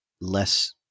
less